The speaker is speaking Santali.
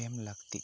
ᱮᱢ ᱞᱟᱹᱠᱛᱤᱜ ᱠᱟᱱᱟ